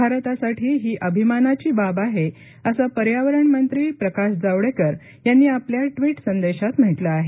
भारतासाठी ही अभिमानाची बाब आहे असं पर्यावरण मंत्री प्रकाश जावडेकर यांनी आपल्या ट्विट संदेशात म्हटलं आहे